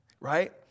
right